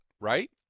right